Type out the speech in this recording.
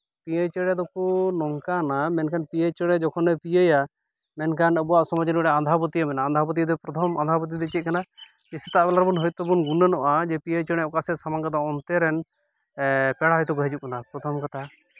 ᱯᱤᱭᱳ ᱪᱮᱬᱮ ᱫᱚᱠᱚ ᱱᱚᱝᱠᱟᱱᱟ ᱢᱮᱱᱠᱷᱟᱱ ᱯᱤᱭᱳ ᱪᱮᱬᱮ ᱡᱚᱠᱷᱚᱱᱮ ᱯᱤᱭᱳᱭᱟ ᱢᱮᱱᱠᱷᱟᱱ ᱟᱵᱚᱣᱟᱜ ᱥᱚᱢᱟᱡᱽ ᱨᱮ ᱢᱤᱫᱴᱟᱱ ᱟᱸᱫᱷᱟ ᱯᱟᱹᱛᱭᱟᱹᱣ ᱢᱮᱱᱟᱜᱼᱟ ᱟᱸᱫᱷᱟ ᱯᱟᱹᱛᱭᱟᱹᱣ ᱯᱨᱚᱛᱷᱚᱢ ᱟᱸᱫᱷᱟ ᱯᱟᱹᱛᱭᱟᱹᱣ ᱫᱚ ᱪᱮᱫ ᱠᱟᱱᱟ ᱡᱮ ᱥᱮᱛᱟᱜ ᱵᱮᱞᱟ ᱨᱮᱵᱚᱱ ᱦᱚᱭᱛᱳ ᱵᱚᱱ ᱜᱩᱱᱟᱹᱱᱚᱜᱼᱟ ᱡᱮ ᱯᱤᱭᱳ ᱪᱮᱬᱮᱚᱠᱟ ᱥᱮᱜ ᱥᱟᱢᱟᱝ ᱠᱟᱫᱟ ᱚᱱᱛᱮ ᱨᱮᱱ ᱯᱮᱲᱟ ᱦᱚᱭᱛᱳ ᱠᱚ ᱦᱤᱡᱩᱜ ᱠᱟᱱᱟ ᱯᱨᱚᱛᱷᱚᱢ ᱠᱟᱛᱷᱟ